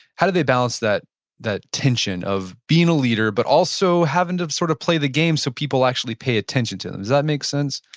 how do they balance that that tension of being a leader, but also having to sort of play the game so people actually pay attention to them? does that make sense?